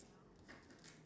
okay